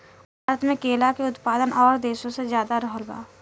भारत मे केला के उत्पादन और देशो से ज्यादा रहल बा